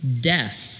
death